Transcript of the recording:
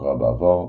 שהוכרה בעבר,